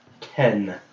ten